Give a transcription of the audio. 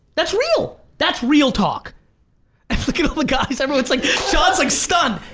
that's real, that's real talk look at all the guys, everyone's like, shaun's like stunned.